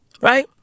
Right